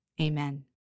amen